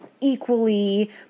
equally